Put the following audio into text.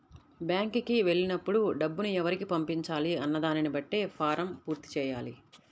బ్యేంకుకి వెళ్ళినప్పుడు డబ్బుని ఎవరికి పంపించాలి అన్న దానిని బట్టే ఫారమ్ పూర్తి చెయ్యాలి